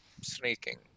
sneaking